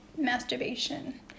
masturbation